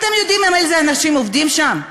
אתם יודעים איזה אנשים עובדים שם?